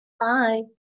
bye